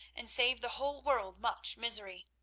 and save the whole world much misery.